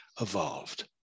evolved